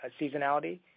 seasonality